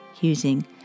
using